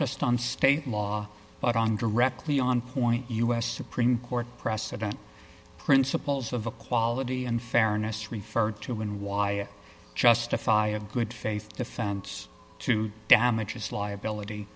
just on state law but on directly on point u s supreme court precedents principles of equality and fairness referred to and why justify a good faith defense to damages liability